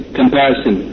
comparison